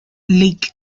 leak